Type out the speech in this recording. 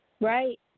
Right